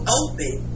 open